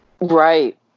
right